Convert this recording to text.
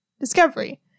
discovery